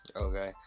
Okay